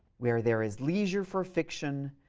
where there is leisure for fiction,